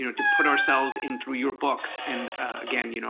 you know to put ourselves in through your books. and again, you know